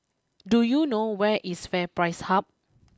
do you know where is FairPrice Hub